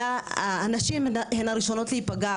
הנשים הן הראשונות להיפגע,